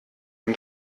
dem